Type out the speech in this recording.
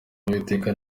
uwiteka